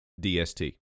DST